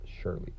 surely